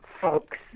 folks